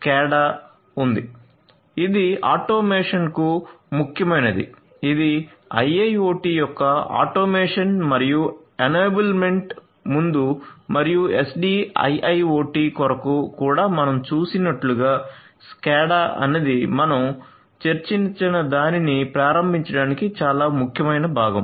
SCADA ఉంది ఇది ఆటోమేషన్కు ముఖ్యమైనది ఇది IIoT యొక్క ఆటోమేషన్ మరియు ఎనేబుల్మెంట్ ముందు మరియు SDIIoT కొరకు కూడా మనం చూసినట్లుగా SCADA అనేది మనం చర్చించినదానిని ప్రారంభించడానికి చాలా ముఖ్యమైన భాగం